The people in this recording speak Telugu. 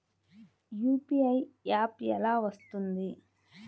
యూ.పీ.ఐ యాప్ ఎలా వస్తుంది?